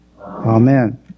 Amen